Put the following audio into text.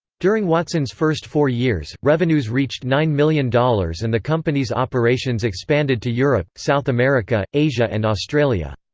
during watson's first four years, revenues reached nine million dollars and the company's operations expanded to europe, south america, asia and australia.